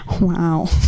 Wow